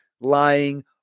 lying